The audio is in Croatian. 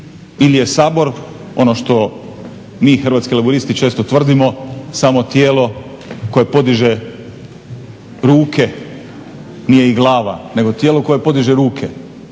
ili je Sabor ono što mi Hrvatski laburisti često tvrdimo samo tijelo koje podiže ruke nije i glava, nego tijelo koje podiže ruke.